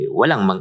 walang